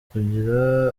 kugira